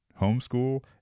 homeschool